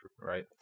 right